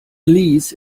lease